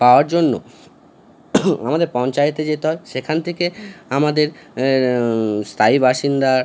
পাওয়ার জন্য আমাদের পঞ্চায়েতে যেতে হয় সেখান থেকে আমাদের স্থায়ী বাসিন্দা